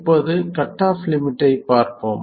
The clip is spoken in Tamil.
இப்போது கட் ஆஃப் லிமிட்டைப் பார்ப்போம்